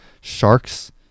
sharks